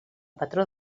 patró